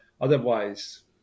otherwise